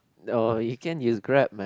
oh you can use Grab man